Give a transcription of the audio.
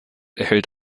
erhält